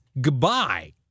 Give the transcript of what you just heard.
goodbye